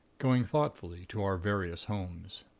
going thoughtfully to our various homes.